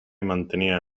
mantenía